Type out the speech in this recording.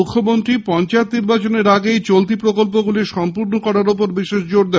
মুখ্যমন্ত্রী পঞ্চায়েত নির্বাচনের আগেই চলতি প্রকল্পগুলি সম্পূর্ণ করার ওপর জোর দেন